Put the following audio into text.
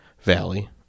Valley